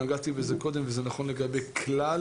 נגעתי בזה קודם וזה נכון לגבי כלל